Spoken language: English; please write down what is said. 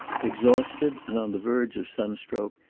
exhausted and on the verge of sunstroke,